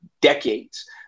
decades